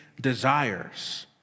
desires